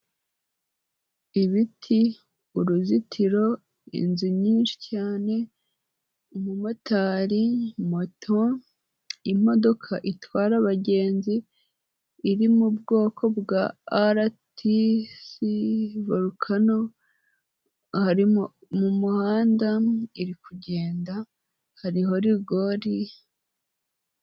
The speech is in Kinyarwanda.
Ibiti, uruzitiro, inzu nyinshi cyane, umumotari moto imodoka itwara abagenzi iri mu bwoko bwa aratisi vorukano hari umuhanda iri kugenda hariho rigori(..)